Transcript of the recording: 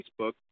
Facebook